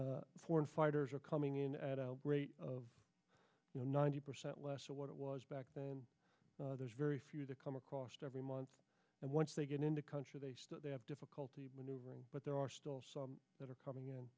was foreign fighters are coming in at a rate of ninety percent less than what it was back then there's very few the come across every month and once they get into country they have difficulty maneuvering but there are still some that are coming